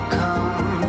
come